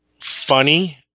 funny